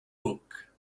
book